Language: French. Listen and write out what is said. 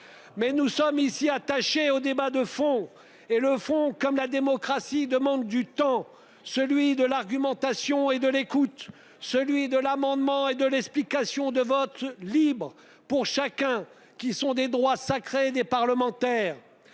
Mais nous sommes ici attachée au débat de fond et le fond, comme la démocratie demande du temps, celui de l'argumentation et de l'écoute, celui de l'amendement et de l'explication de vote libre pour chacun qui sont des droits sacrés des parlementaires.